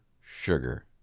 sugar